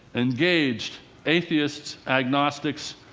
engaged atheists, agnostics,